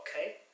okay